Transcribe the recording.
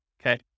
okay